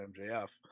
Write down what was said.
mjf